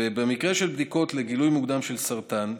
במקרה של בדיקות לגילוי מוקדם של סרטן,